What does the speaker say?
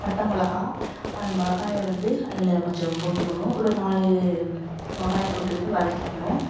பட்டை மிளகா அந்த மிளகாய வந்து அதில் கொஞ்சம் போட்டுக்கணும் ஒரு நாலு மிளகாய போட்டுக்கிட்டு வதக்கிக்கணும்